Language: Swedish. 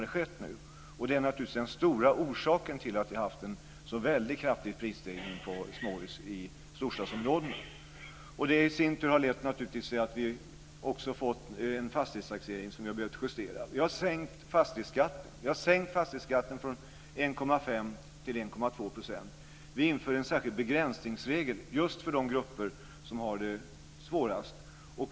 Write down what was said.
Det är den huvudsakliga orsaken till att vi har haft en så väldigt kraftig prisstegring på småhus i storstadsområdena. Det har naturligtvis i sin tur lett till att vi också har fått en fastighetstaxering som vi har behövt justera. Vi har sänkt fastighetsskatten från 1,5 % till 1,2 %. Vi införde en särskild begränsningsregel för just de grupper som har det svårast.